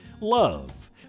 Love